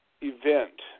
event